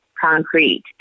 concrete